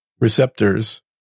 receptors